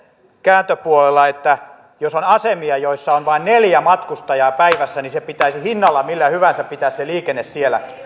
kääntöpuolella että jos on asemia joissa on vain neljä matkustajaa päivässä niin se että pitäisi hinnalla millä hyvänsä pitää se liikenne siellä